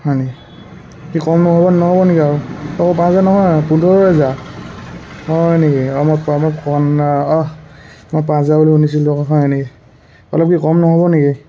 হয় নেকি কি কম নহ'ব নহ'ব নেকি আৰু আকৌ পাঁচ হাজাৰ নহয় পোন্ধৰ হাজাৰ হয় নেকি অঁ বুলি শুনিছিলোঁ হয় হয় নেকি অলপ কি কম নহ'ব নেকি